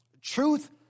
truth